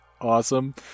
awesome